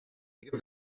give